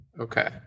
Okay